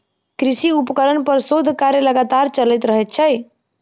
कृषि उपकरण पर शोध कार्य लगातार चलैत रहैत छै